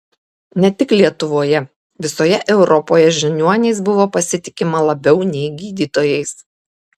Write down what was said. ne tik lietuvoje visoje europoje žiniuoniais buvo pasitikima labiau nei gydytojais